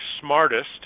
smartest